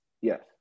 Yes